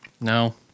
No